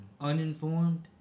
uninformed